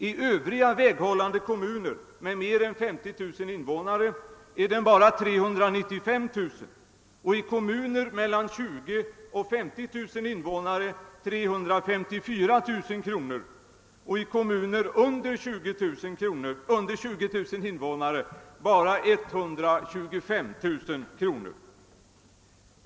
I övriga väghållande kommuner med mer än 50000 invånare är den bara 395 000 kronor, i kommuner med mellan 20000 och 50 000 invånare 354 000 kronor och i kommuner under 20 000 invånare endast 125000 kronor.